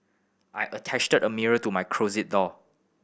I attached a mirror to my closet door